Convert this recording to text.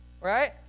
right